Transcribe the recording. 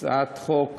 הצעת חוק